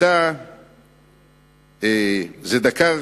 זה דקר